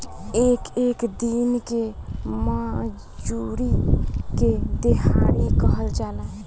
एक एक दिन के मजूरी के देहाड़ी कहल जाला